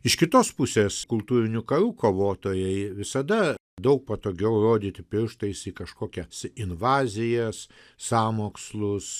iš kitos pusės kultūrinių karų kovotojai visada daug patogiau rodyti pirštais į kažkokias invazijas sąmokslus